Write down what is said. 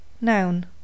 Noun